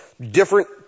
different